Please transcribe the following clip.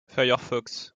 firefox